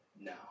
No